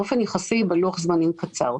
באופן יחסי בלוח זמנים קצר.